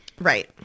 Right